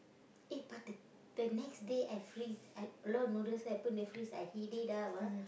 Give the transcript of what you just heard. eh but the the next day I freeze I a lot noodle I put in the fridge I heat it up ah